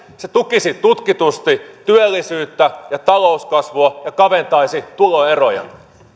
se tukisi tutkitusti työllisyyttä ja talouskasvua ja kaventaisi tuloeroja